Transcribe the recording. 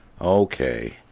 Okay